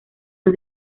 los